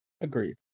Agreed